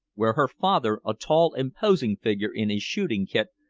where her father, a tall, imposing figure in his shooting-kit,